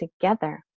together